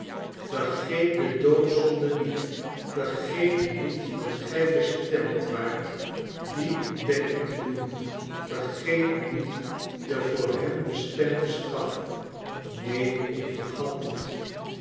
yergeet de doodzonde niet vergeet niet dat gij bestemd waart die ontdekking te doen vergeet niet de voor hen bestemde straf neen ik vergat niet